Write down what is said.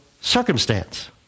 circumstance